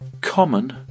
common